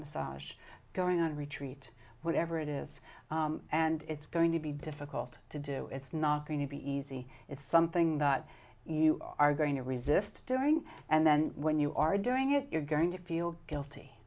massage going on a retreat whatever it is and it's going to be difficult to do it's not going to be easy it's something that you are going to resist doing and then when you are doing it you're going to feel guilty